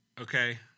Okay